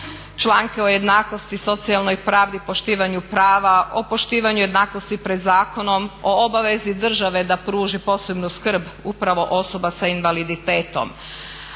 članke o jednakosti, socijalnoj pravdi, poštivanju prava, o poštivanju jednakosti pred zakonom, o obavezi države da pruži posebnu skrb upravo osoba s invaliditetom.